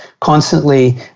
constantly